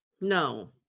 No